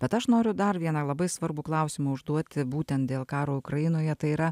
bet aš noriu dar vieną labai svarbų klausimą užduoti būtent dėl karo ukrainoje tai yra